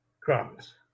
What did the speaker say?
crumbs